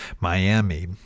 Miami